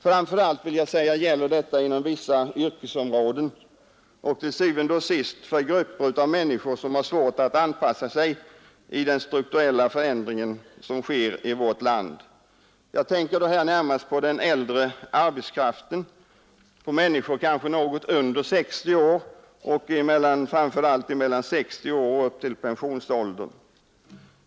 Framför allt gäller detta inom vissa yrkesområden och til syvende og sidst för grupper av människor som har svårt att anpassa sig i den strukturella förändring som sker i vårt land, Jag tänker närmast på den äldre arbetskraften, på människor kanske något under 60 år och framför allt på människor mellan 60 år och pensionsåldern.